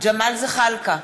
ג'מאל זחאלקה,